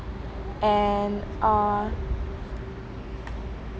and uh